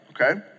Okay